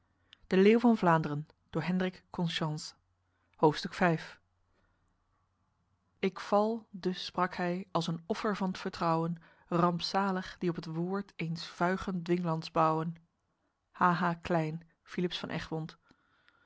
ik val dus sprak hy als een offer van t vertrouwen rampzalig die op t woord eens vuigen dwinglands bouwen h h klyn philips van egmond